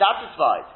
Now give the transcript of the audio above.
satisfied